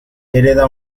hereda